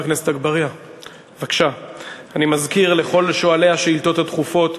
אני מזכיר לכל שואלי השאילתות הדחופות: